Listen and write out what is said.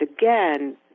again